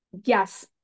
yes